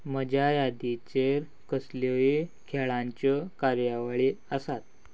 म्हज्या यादीचेर कसल्योयी खेळांच्यो कार्यावळी आसात